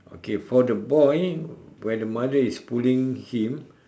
okay for the boy where the mother is pulling him